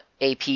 AP